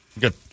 Good